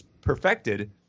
perfected